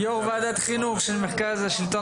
ועדת החינוך של מרכז השלטון